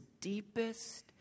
deepest